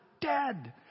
dead